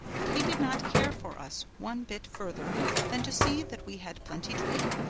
but he did not care for us one bit further than to see that we had plenty to eat,